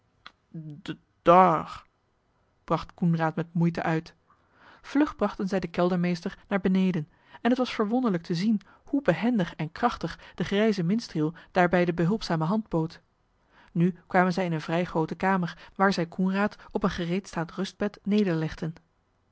bracht coenraad met moeite uit vlug brachten zij den keldermeester naar beneden en het was verwonderlijk te zien hoe behendig en krachtig de grijze minstreel daarbij de behulpzame bood nu kwamen zij in eene vrij groote kamer waar zij coenraad op een gereedstaand rustbed nederlegden